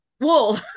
Wool